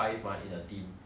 差不多